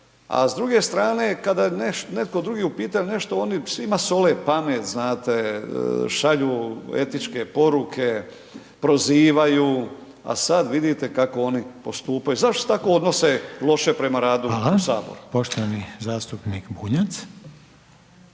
a s druge strane kada je netko drugi u pitanju, nešto, oni svima sole pamet, znate, šalju etičke poruke, prozivaju, a sad vidite kako oni postupaju. Zašto se tako odnose loše prema radu …/Upadica: Hvala/…u HS? **Reiner,